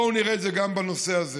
בואו נראה את זה גם בנושא הזה.